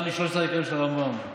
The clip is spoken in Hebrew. אחד מ-13 העיקרים של הרמב"ם.